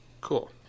Cool